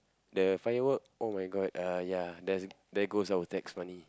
the firework oh-my-god uh ya there there goes our tax money